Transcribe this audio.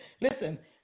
Listen